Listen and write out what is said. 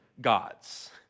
gods